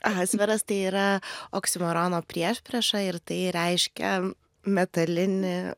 ahasferas tai yra oksimorono priešprieša ir tai reiškia metalinė